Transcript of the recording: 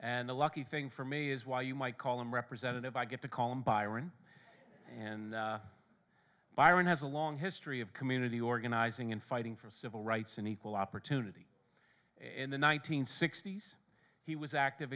and the lucky thing for me is why you might call him representative i get to call him byron and byron has a long history of community organizing and fighting for civil rights and equal opportunity in the one nine hundred sixty s he was active